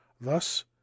Thus